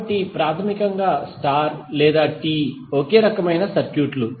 కాబట్టి ప్రాథమికంగా స్టార్ లేదా T ఒకే రకమైన సర్క్యూట్లు